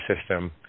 system